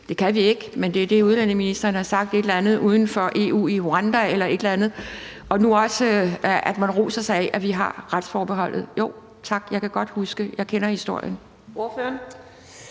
Det kan vi ikke, men det er det, udlændingeministeren har sagt, altså i Rwanda eller et eller andet. Og nu roser man sig også af, at vi har retsforbeholdet. Jo, tak, jeg kan godt huske det. Jeg kender historien.